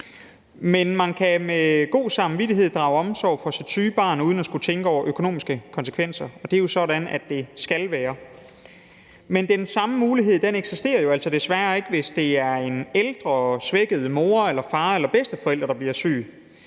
De kan med god samvittighed drage omsorg for deres syge barn uden at skulle tænke over økonomiske konsekvenser – og det er jo sådan, det skal være. Men den samme mulighed eksisterer jo altså desværre ikke, hvis det er en ældre, svækket mor eller far eller bedsteforælder, der bliver syg.